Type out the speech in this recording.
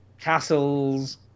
Castles